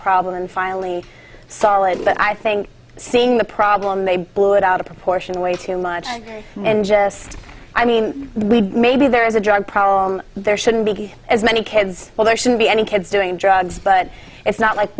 problem and finally saw it but i think seeing the problem may blow it out of proportion way too much and just i mean we maybe there is a drug problem there shouldn't be as many kids well there should be any kids doing drugs but it's not like